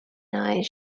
night